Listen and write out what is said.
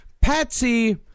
Patsy